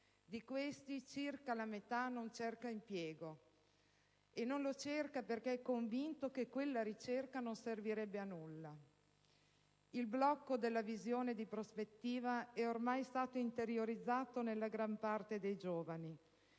Di questi, circa la metà non cerca impiego, nella convinzione che quella ricerca non servirebbe a nulla. Il blocco della visione di prospettiva è ormai stato interiorizzato nella gran parte dei giovani.